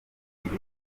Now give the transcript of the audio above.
byiza